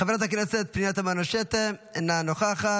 חברת הכנסת פנינה תמנו שטה, אינה נוכחת.